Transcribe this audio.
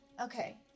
Okay